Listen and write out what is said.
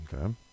Okay